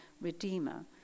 redeemer